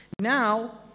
now